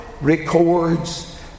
records